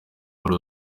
muri